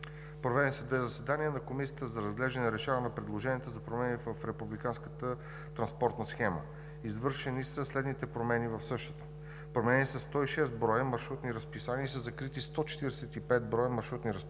Проведени са две заседания на Комисията за разглеждане и решаване на предложения за промени на републиканската транспортна схема. Извършени са следните промени в същата: променени са 106 броя маршрутни разписания и са закрити 145 броя маршрутни разписания.